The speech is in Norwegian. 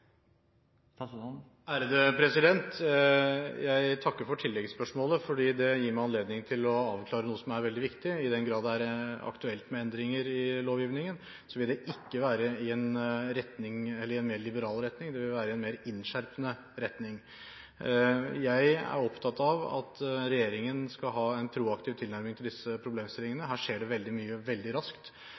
Jeg takker for tilleggsspørsmålet, for det gir meg anledning til å avklare noe som er veldig viktig: I den grad det er aktuelt med endringer i lovgivningen, vil det ikke være i en mer liberal retning, det vil være i en mer innskjerpende retning. Jeg er opptatt av at regjeringen skal ha en proaktiv tilnærming til disse problemstillingene. Her skjer det veldig mye, veldig raskt,